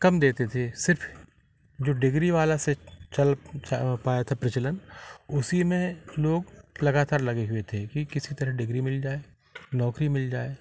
कम देते थे सिर्फ जो डिग्री वाला से चल पाया था प्रचलन उसी में लोग लगातार लगे हुए थे कि किसी तरह डिग्री मिल जाए नौकरी मिल जाए